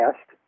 asked